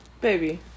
Baby